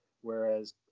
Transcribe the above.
whereas